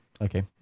Okay